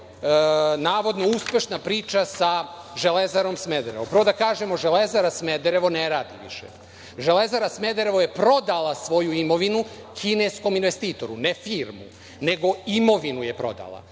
navodno uspešna priča sa „Železarom Smederevo“. Prvo da kažemo da „Železara Smederevo“ ne radi više. „Železara Smederevo“ je prodala svoju imovinu kineskom investitoru, ne firmu nego imovinu je prodala.